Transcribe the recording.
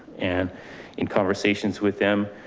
and in conversations with them,